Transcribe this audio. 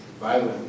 violent